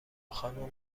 خانوم